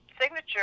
signature